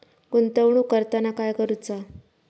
गुंतवणूक करताना काय करुचा?